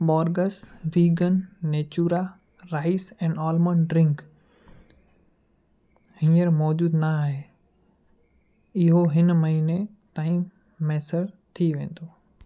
Borges vegan Natura rice and almond drink हींअर मौजूदु न आहे इहो हिन महीने ताईं मुयसरु थी वेंदो